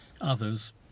Others